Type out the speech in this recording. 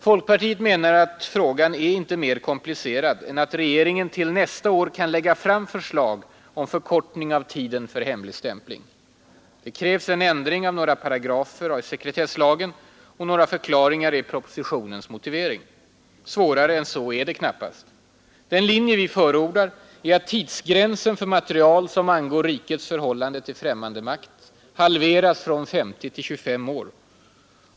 Folkpartiet menar att frågan inte är mer komplicerad än att regeringen till nästa år kan lägga fram förslag om förkortning av tiden för hemligstämpling. Det krävs en ändring av några paragrafer i sekretesslagen och några förklaringar i propositionens motivering. Svårare än så är det knappast. Den linje vi förordar är att tidsgränsen för material som ”angår rikets förhållande till ffrämmande makt” halveras från 50 till 25 år.